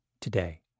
today